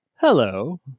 hello